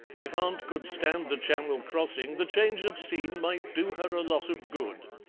if aunt could stand the channel crossing the change of scene might do her a lot of good